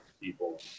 people